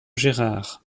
gérard